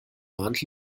warnt